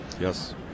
Yes